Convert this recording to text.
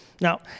Now